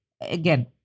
again